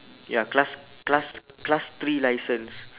ya class class class three licence